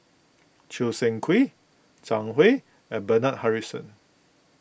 Choo Seng Quee Zhang Hui and Bernard Harrison